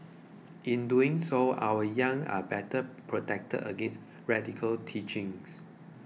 in doing so our young are better protected against radical teachings